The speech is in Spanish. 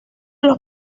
los